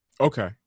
Okay